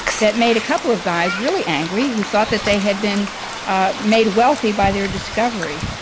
that made a couple of guys really angry who thought that they had been made wealthy by their discovery.